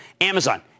Amazon